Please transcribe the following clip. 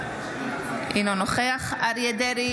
אינו נוכח אריה מכלוף דרעי,